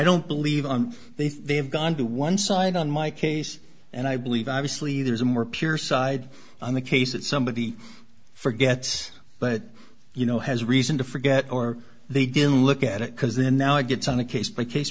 don't believe they think i've gone to one side on my case and i believe obviously there's a more pure side on the case that somebody forget but you know has reason to forget or they didn't look at it because then now it gets on a case by case